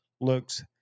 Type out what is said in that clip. looks